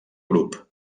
grup